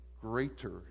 greater